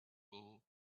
will